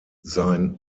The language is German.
sein